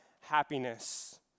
happiness